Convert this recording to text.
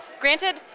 Granted